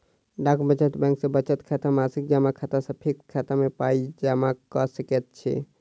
डाक बचत बैंक मे बचत खाता, मासिक जमा खाता आ फिक्स खाता मे पाइ जमा क सकैत छी